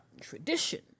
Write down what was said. tradition